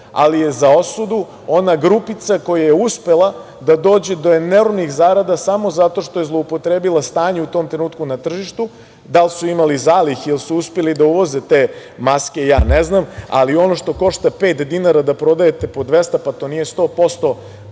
ali je za osudu ona grupica koja je uspela da dođe do enormnih zarada samo zato što je zloupotrebila stanje u tom trenutku na tržištu, da li su imali zalihe ili su uspeli da uvezu te maske, ja ne znam, ali ono što košta pet dinara, da prodajete po 200, pa to nije sto